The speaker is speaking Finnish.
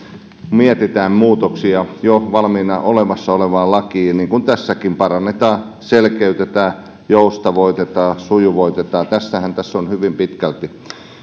mietitään muutoksia jo valmiina olemassa olevaan lakiin niin kuin tässäkin parannetaan selkeytetään joustavoitetaan sujuvoitetaan tästähän tässä on hyvin pitkälti